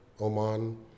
Oman